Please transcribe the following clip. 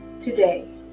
today